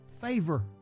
Favor